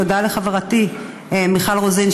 תודה לחברתי מיכל רוזין,